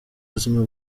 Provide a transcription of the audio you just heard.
buzima